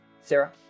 Sarah